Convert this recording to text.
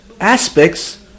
aspects